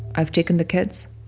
i've taken the kids.